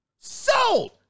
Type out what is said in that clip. Sold